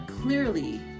clearly